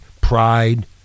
Pride